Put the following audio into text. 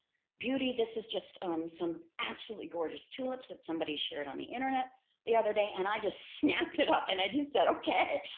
beauty. this is just some absolutely gorgeous tulips that somebody shared on the internet the other day. and i just snapped it up and i just said, okay,